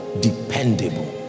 dependable